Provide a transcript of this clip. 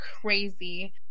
crazy